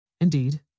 Indeed